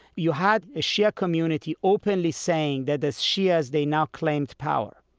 you had a shia community openly saying that as shias they now claimed power.